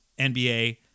NBA